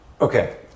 Okay